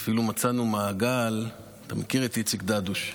אפילו מצאנו מעגל, אתה מכיר את איציק דדוש?